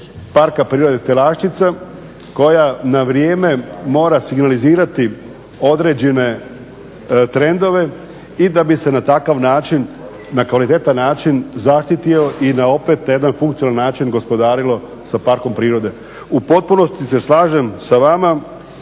Parka prirode Telaščica koja na vrijeme mora signalizirati određene trendove i da bi se na takav način, na kvalitetan način zaštitio i na opet na jedan funkcionalan način gospodarilo sa parkom prirode. U potpunosti se slažem sa vama